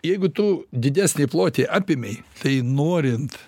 jeigu tu didesnį plotį apėmei tai norint